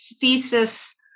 thesis